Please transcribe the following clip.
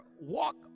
walk